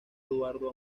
eduardo